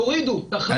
תפחיתו.